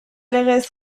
legez